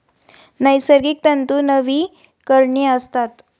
नैसर्गिक तंतू नवीकरणीय असतात